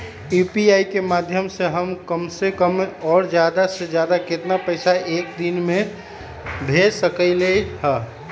UPI के माध्यम से हम कम से कम और ज्यादा से ज्यादा केतना पैसा एक दिन में भेज सकलियै ह?